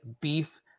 beef